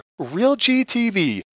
RealGTV